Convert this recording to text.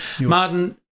Martin